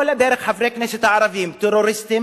כל הדרך חברי הכנסת הערבים טרוריסטים,